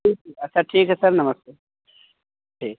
ठीक है अच्छा ठीक है सर नमस्ते ठीक